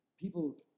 people